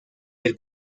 del